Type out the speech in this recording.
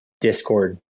Discord